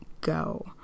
go